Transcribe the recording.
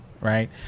Right